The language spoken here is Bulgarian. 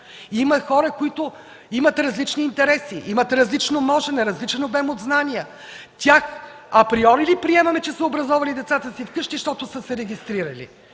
Има хора с различни интереси, те имат различно можене, различен обем от знания. Тях априори ли приемаме, че са образовали децата си вкъщи, защото са се регистрирали